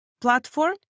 platform